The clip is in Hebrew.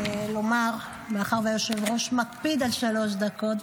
מאחר שהיושב-ראש מקפיד על שלוש דקות,